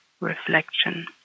reflection